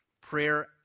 prayer